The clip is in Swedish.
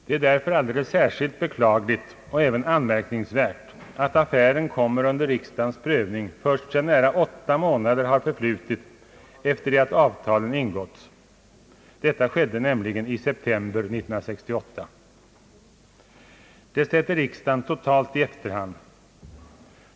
Det är därför alldeles särskilt beklagligt och även anmärkningsvärt att affären kommer under riksdagens prövning först sedan nära åtta månader har förflutit efter det att avtalen ingåtts. Detta skedde nämligen i september 1968. Härigenom sätts riksdagen totalt i efterhand.